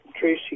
Tracy